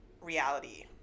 reality